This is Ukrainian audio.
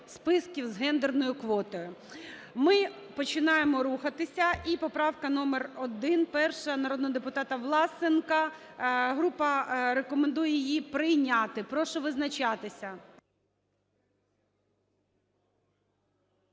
з гендерною квотою. Ми починаємо рухатися. І поправка номер 1 народного Власенка. Група рекомендує її прийняти. Прошу визначатися.